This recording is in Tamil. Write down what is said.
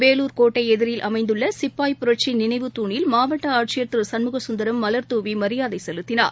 வேலூர் கோட்டை எதிரில் அமைந்துள்ள சிப்பாய் புரட்சி நினைவு துணில் மாவட்ட ஆட்சியர் திரு சண்முகசுந்தரம் மலர்தூவி மரியாதை செலுத்தினார்